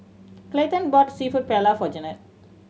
Clayton bought Seafood Paella for Jennette